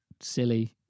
silly